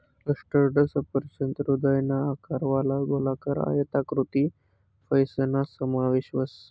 custard सफरचंद हृदयना आकारवाला, गोलाकार, आयताकृती फयसना समावेश व्हस